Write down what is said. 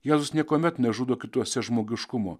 jėzus niekuomet nežudo kituose žmogiškumo